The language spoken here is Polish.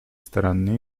starannie